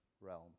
realm